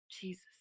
jesus